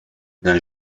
d’un